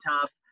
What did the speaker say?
tough